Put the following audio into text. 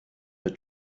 the